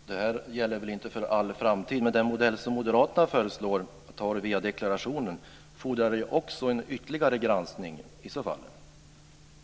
Fru talman! Det här gäller väl inte för all framtid. Men den modell som moderaterna föreslår, att ta det via deklarationen, fordrar också en ytterligare granskning i så fall.